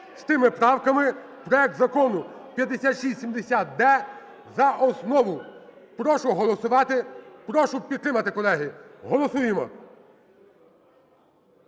з тими правками проект Закону 5670-д за основу. Прошу голосувати, прошу підтримати, колеги. Голосуємо!